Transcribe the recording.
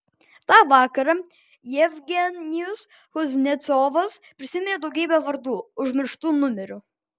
tą vakarą jevgenijus kuznecovas prisiminė daugybė vardų užmirštų numerių